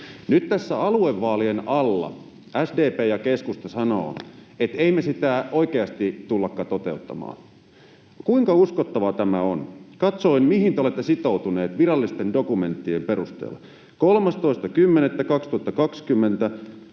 Nyt tässä aluevaalien alla SDP ja keskusta sanovat, että ei me sitä oikeasti tullakaan toteuttamaan. Kuinka uskottavaa tämä on? Katsoin, mihin te olette sitoutuneet virallisten dokumenttien perusteella. 13.10.2020